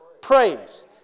praise